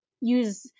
use